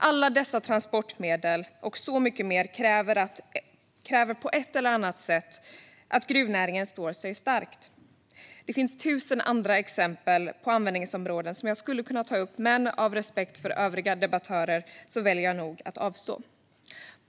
Alla dessa transportmedel - och så mycket mer - kräver på ett eller annat sätt att gruvnäringen står stark. Det finns tusen andra exempel på användningsområden som jag skulle kunna ta upp, men av respekt för övriga debattörer väljer jag nog att avstå.